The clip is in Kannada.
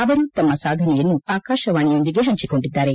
ಅವರು ತಮ್ಮ ಸಾಧನೆಯನ್ನು ಆಕಾಶವಾಣಿಯೊಂದಿಗೆ ಹಂಚಿಕೊಂಡಿದ್ದಾರೆ